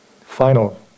final